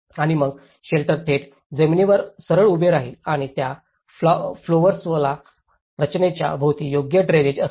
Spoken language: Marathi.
आणि मग शेल्टर थेट जमिनीवर सरळ उभे राहील आणि त्या फ्लोवर्सला संरचनेच्या भोवती योग्य ड्रेनेज असेल